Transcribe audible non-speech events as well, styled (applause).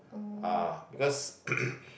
uh because (coughs)